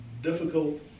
difficult